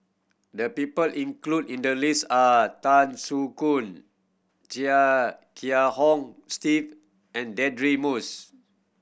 the people include in the list are Tan Soo Khoon Chia Kiah Hong Steve and Deirdre Moss